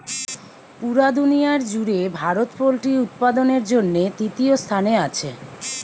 পুরা দুনিয়ার জুড়ে ভারত পোল্ট্রি উৎপাদনের জন্যে তৃতীয় স্থানে আছে